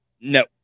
No